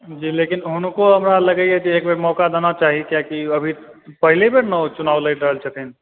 जी लगैया हुनको एकबेर मौक़ा देना चाही कियाकि अभी पहिले बेर ने ओ चुनाव लड़ि रहल छथिन